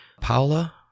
Paula